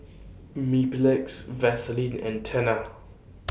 Mepilex Vaselin and Tena